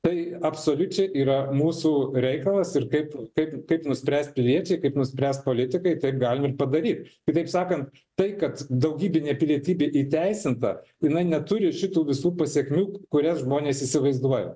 tai absoliučiai yra mūsų reikalas ir kaip kaip kaip nuspręs piliečiai kaip nuspręs politikai taip galim ir padaryt kitaip sakant tai kad daugybinė pilietybė įteisinta jinai neturi šitų visų pasekmių kurias žmonės įsivaizduoja